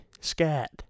scat